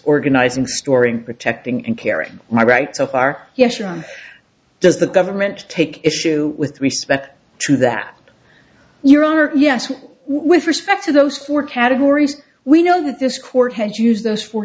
organizing storing protecting and carrying my right so far yes john does the government take issue with respect to that your honor yes with respect to those four categories we know that this court has used those four